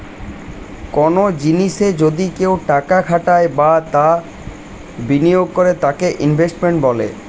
কনো জিনিসে যদি কেউ টাকা খাটায় বা বিনিয়োগ করে তাকে ইনভেস্টমেন্ট বলে